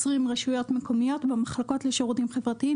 רשויות מקומיות במחלקות לשירותים חברתיים.